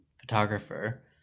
photographer